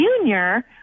junior